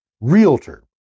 Realtor